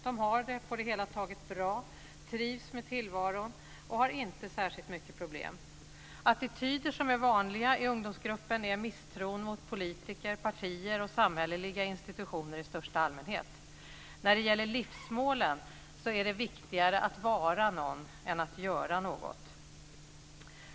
De har det på det hela taget bra, trivs med tillvaron och har inte särskilt mycket problem. Attityder som är vanliga i ungdomsgruppen är misstron mot politiker, partier och samhälleliga institutioner i största allmänhet. När det gäller livsmålen är det viktigare att vara någon än att göra något.